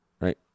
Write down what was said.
Right